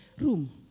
room